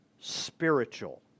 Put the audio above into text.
spiritual